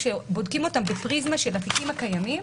כשבודקים אותם בפריזמה של התיקים הקיימים,